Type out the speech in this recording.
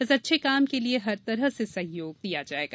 इस अच्छे काम के लिये हर तरह से सहयोग दिया जायेगा